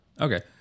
Okay